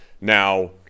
Now